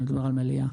אני מדבר על מליאה.